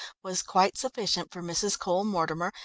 was quite sufficient for mrs. cole-mortimer,